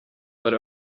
but